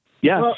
Yes